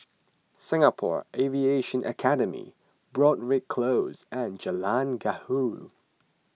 Singapore Aviation Academy Broadrick Close and Jalan Gaharu